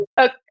okay